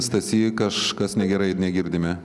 stasy kažkas negerai ir negirdime